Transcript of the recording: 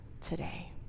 today